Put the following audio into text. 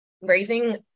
raising